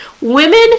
women